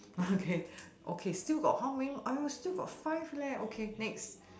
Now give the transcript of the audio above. okay okay still got how many !aiyo! still got five leh okay next